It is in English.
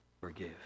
forgive